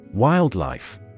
Wildlife